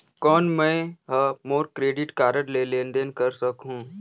कौन मैं ह मोर क्रेडिट कारड ले लेनदेन कर सकहुं?